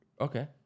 Okay